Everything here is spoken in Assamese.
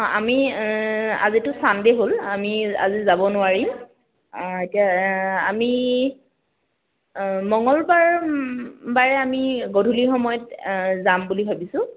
অঁ আমি আজিতো চানডে' হ'ল আমি আজি যাব নোৱাৰিম এতিয়া আমি মংগলবাৰবাৰে আমি গধূলিৰ সময়ত যাম বুলি ভাবিছোঁ